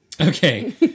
Okay